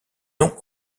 nom